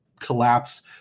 collapse